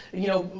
you know,